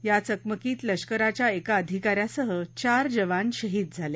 या चकमकीत लष्कराच्या एका अधिकाऱ्यासह चार जवान शहीद झाले